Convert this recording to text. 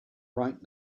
right